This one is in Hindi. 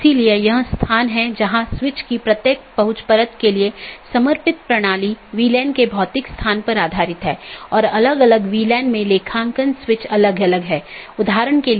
इसलिए मैं AS के भीतर अलग अलग तरह की चीजें रख सकता हूं जिसे हम AS का एक कॉन्फ़िगरेशन कहते हैं